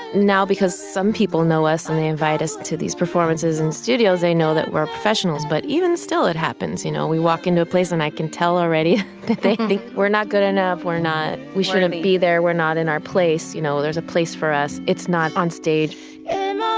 now, because some people know us and they invite us to these performances and studios, they know that we're professionals. but even still, it happens. you know, we walk into a place. and i can tell already. that they think we're not good enough. we're not. worthy we shouldn't be there. we're not in our place, you know? there's a place for us, it's not onstage and this